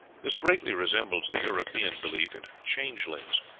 this greatly resembles the european belief in changelings.